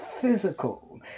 physical